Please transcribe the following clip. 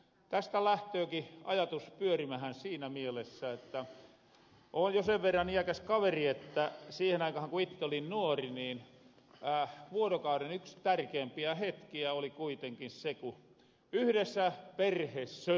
tästä lähtööki ajatus pyörimähän siinä mielessä että oon jo sen verran iäkäs kaveri että siihen aikahan ku itte olin nuori vuorokauren yks tärkeimpiä hetkiä oli kuitenki se ku yhressä perhe söi